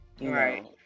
Right